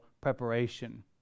preparation